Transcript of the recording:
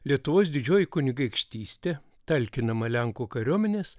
lietuvos didžioji kunigaikštystė talkinama lenkų kariuomenės